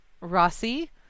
Rossi